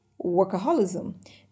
workaholism